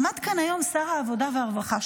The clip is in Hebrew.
עמד כאן היום שר העבודה והרווחה,